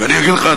ואני אגיד לך,